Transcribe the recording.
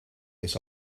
this